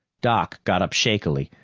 doc got up shakily,